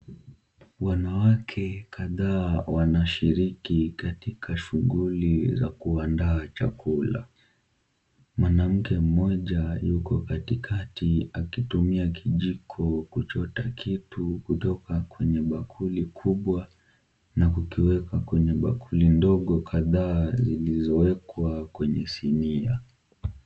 Wanawake kadhaa wanashiriki katika shughuli za kuandaa chakula. Mwanamke mmoja yuko katikati akitumia kijiko kuchota kitu kutoka kwenye bakuli kubwa na kukiweka kwenye bakuli ndogo kadhaa zilizowekwa kwenye sinia.